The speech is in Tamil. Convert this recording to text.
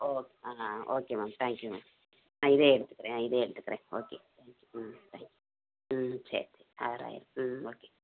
O ah okay ma'am thank you ma'am நான் இதே எடுத்துக்கிறேன் இதே எடுத்துக்கிறேன் okay hmm thank you hmm சரி ஆறாயிரம் ம் ஓகே